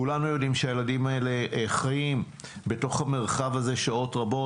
כולנו יודעים שהילדים האלה חיים בתוך המרחב הזה שעות רבות.